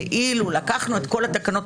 כאילו לקחנו את כל התקנות,